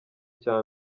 cya